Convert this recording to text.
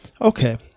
Okay